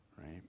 Right